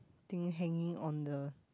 thing hanging on the